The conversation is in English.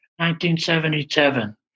1977